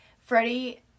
Freddie